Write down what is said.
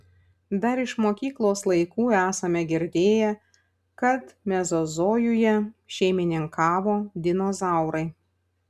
dar iš mokyklos laikų esame girdėję kad mezozojuje šeimininkavo dinozaurai